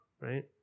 right